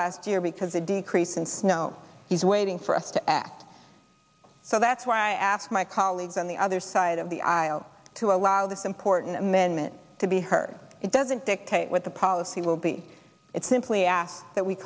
last year because a decrease in snow he's waiting for us to act so that's why i asked my colleagues on the other side of the aisle to allow this important amendment to be heard it doesn't dictate what the policy will be it's simply asked that we